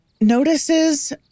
notices